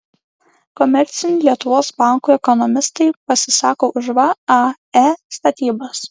komercinių lietuvos bankų ekonomistai pasisako už vae statybas